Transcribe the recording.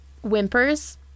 whimpers